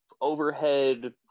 overhead